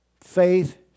faith